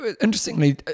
Interestingly